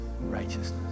righteousness